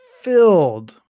filled